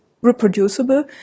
reproducible